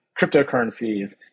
cryptocurrencies